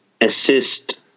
assist